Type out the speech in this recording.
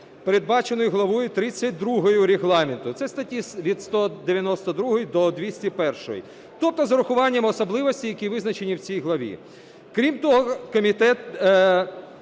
передбаченою Главою 32 Регламенту: це статті від 192-ї до 201-ї. Тобто з урахуванням особливостей, які визначені в цій главі. Крім того, комітет